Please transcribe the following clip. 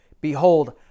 Behold